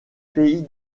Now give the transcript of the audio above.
pays